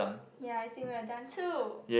ya I think we're done too